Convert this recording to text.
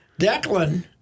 Declan